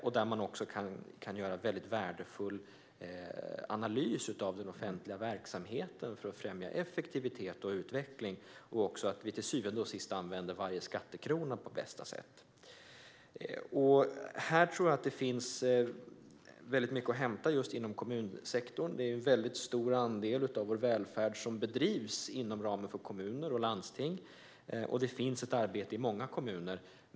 Då kan man också göra värdefulla analyser av den offentliga verksamheten för att främja effektivitet och utveckling. Till syvende och sist handlar det om att använda varje skattekrona på bästa sätt. Här tror jag att det finns mycket att hämta just inom kommunsektorn. En stor andel av vår välfärd bedrivs ju inom ramen för kommuner och landsting, och det sker ett arbete inom många kommuner.